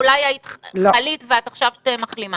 אולי חלית ואת עכשיו מחלימה.